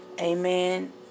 Amen